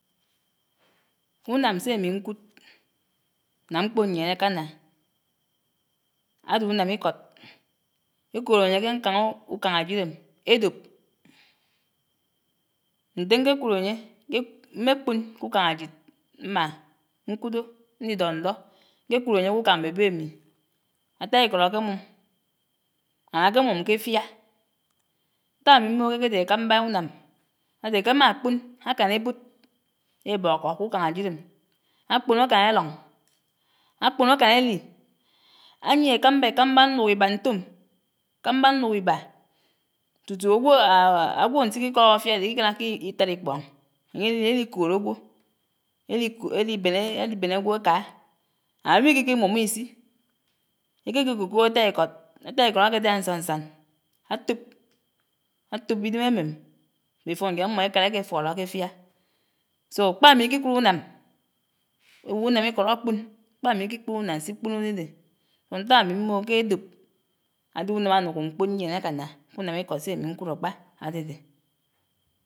Unám sé ámí ñkud n'ámkpon ñyièn ákánná ádé unám íkód, ékòòd ányé ké ñkáñ ukáñ'ájid'm édob. Ñté ñkékud ányé mmékpon k'ukáñ ájíd mmà ñkudó, ñni dó ñdó. Ñkékud ányé k'ukáñ mm'èbè ámi, átáíkód ákémum and ákémum ké áfiá. Ñták ámi mmògò kékédé ékámbá unám ádé k'ámákpon ákán ébod ébókó k'ukáñ ájíd'm, ákpon ákán élóñ, ákpon ákán élí, ányie ékámbá ékámbá ñnuk íbá ñtom, ékámbá ñnuk íbá tutu ágwo ágwó ñnsíkí kóók áfiá ádé íkíkáráké ítád íkpoñ ányé lí álíkòòd ágwo, élibèn èlibèn ágwo ákáá. Ágwo íkíkí mumó ísí, ékéké kòkòd átáíkód, átáíkód áké'dá ñsán ñsán átòp, átop ídem ámem before ñjèn ámmó ékárá ékéfóló k'áfiá. So ákpá ámikìkud unám, éw'unámikod ákpòn, ákpá ámikíkud unám s'íkpon ádédé. Ágwó ñták ámi mmohó k'edob ád'unám ánukó mkpon ñyien ákáná k'unám íkod sé ámi ñkud ákpá ádédé.